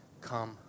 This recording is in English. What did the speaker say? come